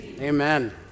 Amen